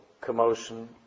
commotion